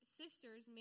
sisters